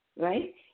right